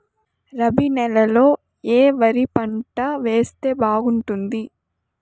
రబి నెలలో ఏ వరి పంట వేస్తే బాగుంటుంది